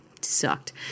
sucked